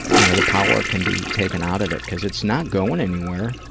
you know, the power can be taken out of it because it's not going anywhere.